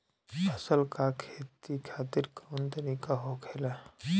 फसल का खेती खातिर कवन तरीका होखेला?